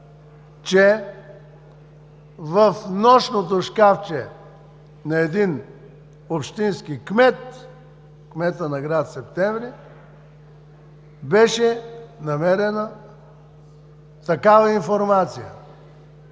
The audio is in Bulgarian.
че в нощното шкафче на един общински кмет – кмета на град Септември, беше намерена такава информация